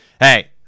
Hey